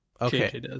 okay